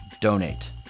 donate